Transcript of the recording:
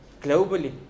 globally